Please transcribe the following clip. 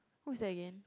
who's that again